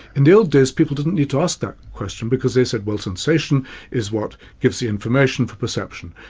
in the old days people didn't need to ask that question because they said, well sensation is what gives the information for perception.